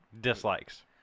Dislikes